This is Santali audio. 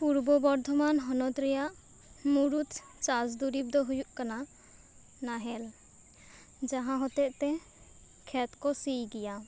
ᱯᱩᱨᱵᱚ ᱵᱚᱨᱫᱷᱚᱢᱟᱱ ᱦᱚᱱᱚᱛ ᱨᱮᱭᱟᱜ ᱢᱩᱲᱩᱫ ᱪᱟᱥ ᱫᱩᱨᱤᱵᱽ ᱫᱚ ᱦᱩᱭᱩᱜ ᱠᱟᱱᱟ ᱱᱟᱦᱮᱞ ᱡᱟᱦᱟᱸ ᱦᱚᱛᱮᱫ ᱛᱮ ᱠᱷᱮᱛ ᱠᱚ ᱥᱤ ᱜᱮᱭᱟ